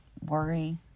worry